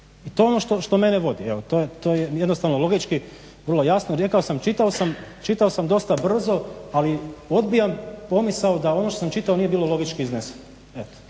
I to je ono što mene vodi, evo to je jednostavno logički vrlo jasno. Rekao sam čitao sam dosta brzo, ali odbijam pomisao da ono što sam čitao nije bilo logički izneseno.